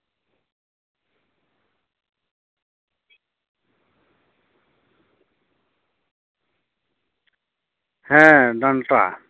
ᱦᱮᱸ ᱰᱟᱱᱴᱟ